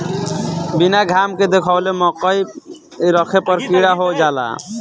बीना घाम देखावले मकई रखे पर कीड़ा हो जाला